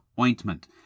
ointment